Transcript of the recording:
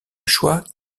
choix